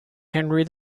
henry